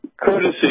courtesy